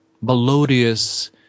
melodious